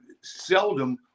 seldom